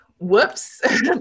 Whoops